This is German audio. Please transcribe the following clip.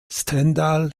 stendal